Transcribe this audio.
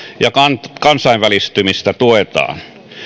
ja kansainvälistymistä tuetaan